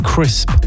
Crisp